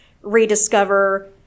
rediscover